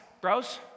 bros